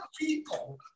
people